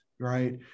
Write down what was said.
right